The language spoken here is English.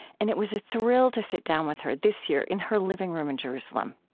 and it was a thrill to sit down with her this year in her living room in jerusalem.